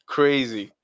Crazy